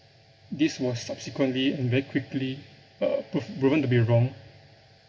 this was subsequently and very quickly uh prov~ proven to be wrong